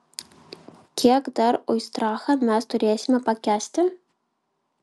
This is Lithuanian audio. kiek dar oistrachą mes turėsime pakęsti